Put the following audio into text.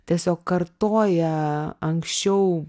tiesiog kartoja anksčiau